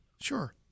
Sure